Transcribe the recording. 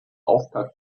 auftakt